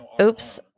oops